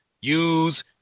use